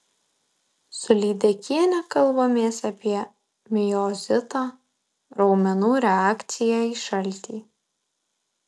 su lydekiene kalbamės apie miozitą raumenų reakciją į šaltį